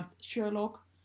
Sherlock